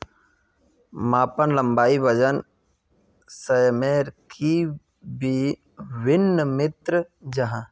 मापन लंबाई वजन सयमेर की वि भिन्न मात्र जाहा?